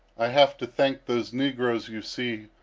i have to thank those negroes you see,